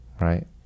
Right